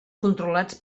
controlats